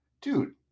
dude